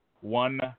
One